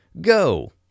Go